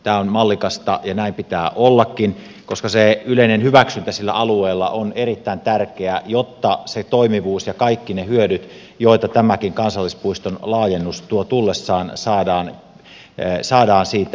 tämä on mallikasta ja näin pitää ollakin koska se yleinen hyväksyntä sillä alueella on erittäin tärkeää jotta se toimivuus ja kaikki ne hyödyt joita tämäkin kansallispuiston laajennus tuo tullessaan saadaan siitä mitattua ulos